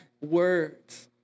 words